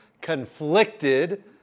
Conflicted